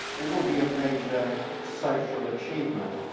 it will be a major social achievement.